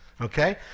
okay